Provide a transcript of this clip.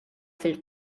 fil